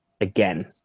again